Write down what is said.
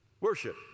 worship